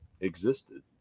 existed